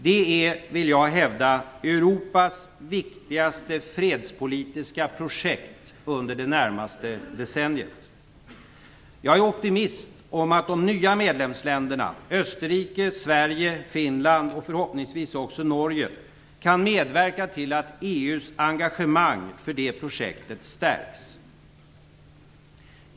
Det är, vill jag hävda, Europas viktigaste fredspolitiska projekt under det närmaste decenniet. Jag är optimist om att de nya medlemsländerna - Österrike, Sverige, Finland och förhoppningsvis också Norge - kan medverka till att EU:s engagemang för det projektet stärks.